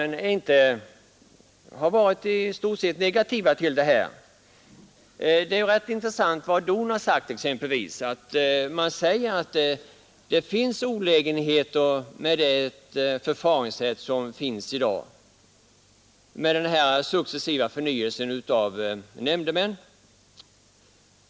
Det är väl riktigt, som här sagts, att remissorganen i stort sett har varit negativa till motionsyrkandena. Det är exempelvis rätt intressant vad DON har anfört, nämligen att det finns olägenheter i det förfaringssätt som tillämpas i dag med successiv förnyelse av nämndemän.